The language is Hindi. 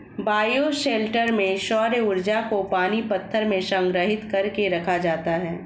बायोशेल्टर में सौर्य ऊर्जा को पानी पत्थर में संग्रहित कर के रखा जाता है